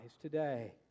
today